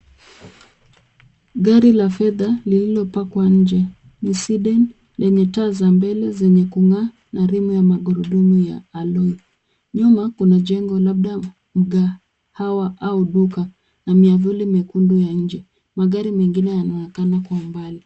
Gari la fedha lililo pakwa nje ni Sedan lenye taa za mbele zenye kungaa na rimu ya magurudumu ya alloy . Nyuma kuna jengo labda mgaa au duka na miavuli miekundu ya nje, magari mengine yana onekana kwa umbali.